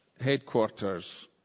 headquarters